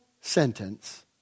sentence